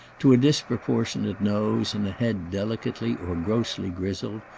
to a disproportionate nose and a head delicately or grossly grizzled,